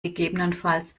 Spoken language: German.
gegebenenfalls